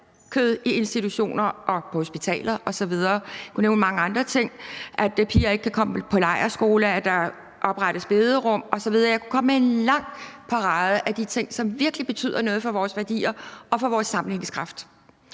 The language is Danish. i institutioner og på hospitaler osv. – jeg kunne nævne mange andre ting – at piger ikke kan komme på lejrskole, at der oprettes bederum osv. Jeg kunne komme med en lang parade af de ting, som virkelig betyder noget for vores værdier og for vores sammenhængskraft.